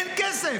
אין כסף.